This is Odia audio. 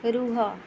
ରୁହ